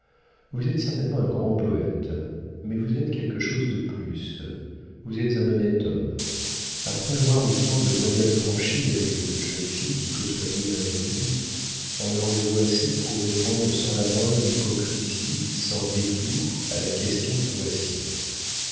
vous êtes certainement un grand poëte mais vous êtes quelque chose de plus vous êtes un honnête homme après avoir eu tant de loyale franchise avec une jeune fille qui côtoyait un abîme en aurez-vous assez pour répondre sans la moindre hypocrisie sans détour à la question que voici